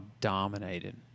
dominated